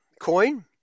coin